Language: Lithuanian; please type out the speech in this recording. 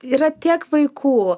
yra tiek vaikų